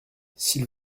s’il